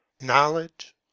Knowledge